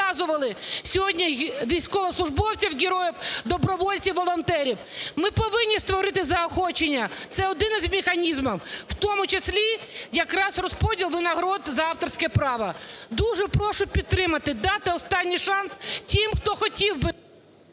сьогодні військовослужбовців-героїв, добровольців, волонтерів! Ми повинні створити заохочення! Це один з механізмів, в тому числі якраз розподіл винагород за авторське право. Дуже прошу підтримати, дати останній шанс тим, хто хотів би…